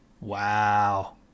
Wow